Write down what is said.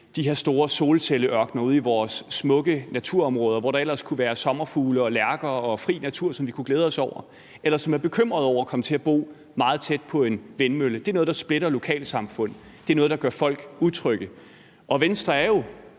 de her store solcelleørkener ude i vores smukke naturområder, hvor der ellers kunne være sommerfugle og lærker og fri natur, som vi kunne glæde os over, eller som er bekymret over at komme til at bo meget tæt på en vindmølle. Det er noget, der splitter lokalsamfund. Det er noget, der gør folk utrygge, og Venstre er jo